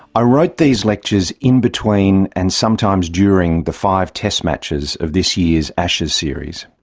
i wrote these lectures in between, and sometimes during, the five test matches of this year's ashes series.